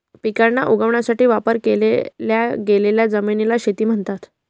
पिकांना उगवण्यासाठी वापर केल्या गेलेल्या जमिनीला शेती म्हणतात